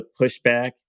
pushback